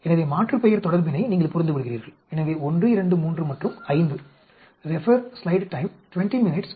எனவே மாற்றுப்பெயர் தொடர்பினை நீங்கள் புரிந்துகொள்கிறீர்கள் எனவே 1 2 3 மற்றும் 5